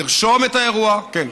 נרשום את האירוע, כן.